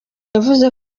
yavuze